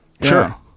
Sure